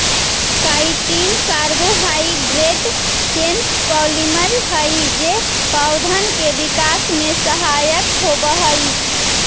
chitin carbohydrate chain polymer हई जे पौधन के विकास में सहायक होवऽ हई